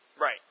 Right